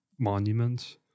monuments